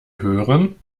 hören